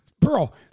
Pearl